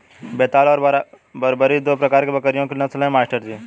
बेताल और बरबरी दो प्रकार के बकरियों की नस्ल है मास्टर जी